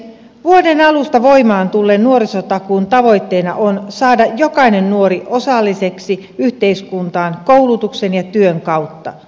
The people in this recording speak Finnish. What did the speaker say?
vuoden alusta voimaan tulleen nuorisotakuun tavoitteena on saada jokainen nuori osalliseksi yhteiskuntaan koulutuksen ja työn kautta